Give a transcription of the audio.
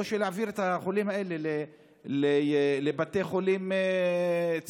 או להעביר את החולים האלה לבתי חולים ציבוריים,